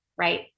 Right